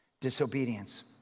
disobedience